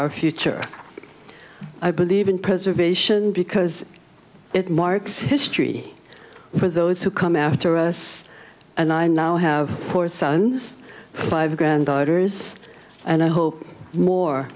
our future i believe in preservation because it marks history for those who come after us and i now have four sons five granddaughters and i hope more